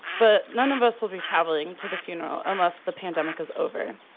but none of us will be traveling to the funeral unless the pandemic is over.